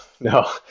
no